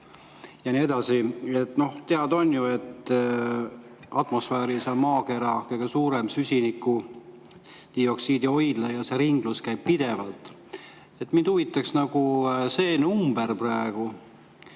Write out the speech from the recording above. ja nii edasi. Noh, teada on ju, et atmosfäär on maakera kõige suurem süsinikdioksiidi hoidla ja see ringlus käib pidevalt. Mind huvitab praegu see number, mitu